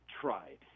tried